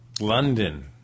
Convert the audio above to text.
London